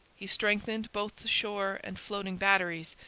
he strengthened both the shore and floating batteries,